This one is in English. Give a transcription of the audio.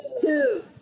Two